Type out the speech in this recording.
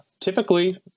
typically